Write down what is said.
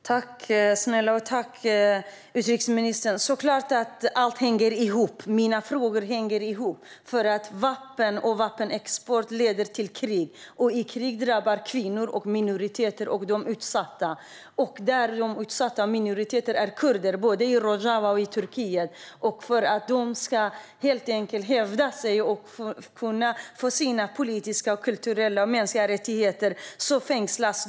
Fru ålderspresident! Jag tackar utrikesministern för detta. Det är klart att allting hänger ihop, och mina frågor hänger ihop. Vapen och vapenexport leder till krig, och i krig drabbas kvinnor, minoriteter och andra utsatta. Utsatta minoriteter är kurder, både i Rojava och i Turkiet. De fängslas och stämplas som terrorister för att de försöker hävda sig och försöker få sina politiska, kulturella och mänskliga rättigheter.